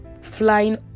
flying